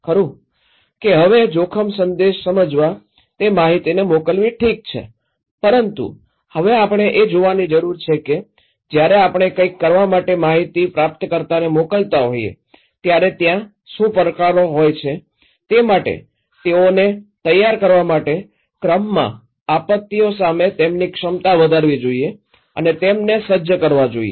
ખરું કે હવે જોખમ સંદેશ સમજવા તે માહિતી મોકલવી ઠીક છે પરંતુ હવે આપણે એ જોવાની જરૂર છે કે જ્યારે આપણે કંઇક કરવા માટે માહિતી પ્રાપ્તકર્તાને મોકલતા હોઈએ ત્યારે ત્યાં શું પડકારો હોય છે તે માટે તેઓને તૈયાર કરવા માટે ક્રમમાં આપત્તિઓ સામે તેમની ક્ષમતા વધારવી જોઈએ અને તેમને સજ્જ કરવા જોઈએ